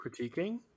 Critiquing